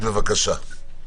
בבקשה.